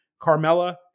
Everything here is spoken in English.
Carmella